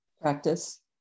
Practice